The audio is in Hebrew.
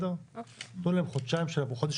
תנו להם חודשיים,